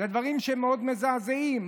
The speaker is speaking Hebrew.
אלה דברים מאוד מזעזעים.